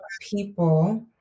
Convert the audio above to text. people